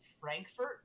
Frankfurt